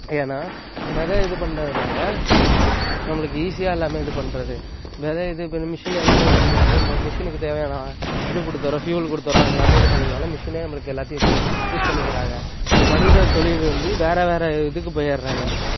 ஏன்னா வித இது பண்ணுறதுனால நம்மளுக்கு ஈஸியாக எல்லாமே இது பண்ணுறது வித இது இப்போ இந்த மிஷின் எல்லாமே இது பண்ணிடுறது மிஷினுக்கு தேவையான இது கொடுத்துட்றோம் ஃப்யூல் கொடுத்துட்றோம் எல்லாமே இதுப் பண்ணனால் மிஷினே நம்மளுக்கு எல்லாத்தையும் வச்சு யூஸ் பண்ணிக்கிறாங்க இப்போ மனித தொழில் வந்து வேறு வேறு இதுக்கு போயடுறாங்க